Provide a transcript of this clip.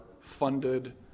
funded